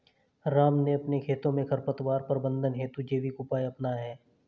राम ने अपने खेतों में खरपतवार प्रबंधन हेतु जैविक उपाय अपनाया है